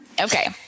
Okay